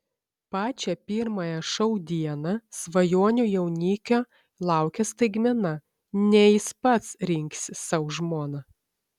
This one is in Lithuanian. pačią pirmąją šou dieną svajonių jaunikio laukia staigmena ne jis pats rinksis sau žmoną